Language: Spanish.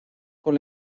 con